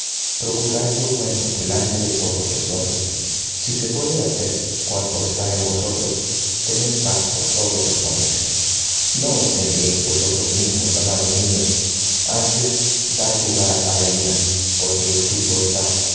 procurad lo bueno delante de todos los hombres si se puede hacer cuanto está en vosotros tened paz con todos los hombres no os venguéis vosotros mismos amados míos antes dad lugar á la ira porque escrito está